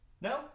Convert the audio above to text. No